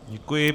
Děkuji.